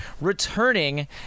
returning